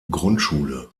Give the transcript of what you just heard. grundschule